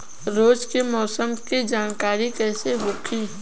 रोज के मौसम के जानकारी कइसे होखि?